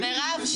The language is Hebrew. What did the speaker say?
-- מירב,